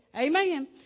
Amen